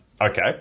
Okay